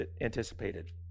anticipated